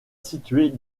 située